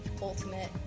ultimate